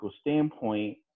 standpoint